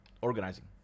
organizing